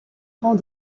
rang